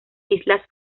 islas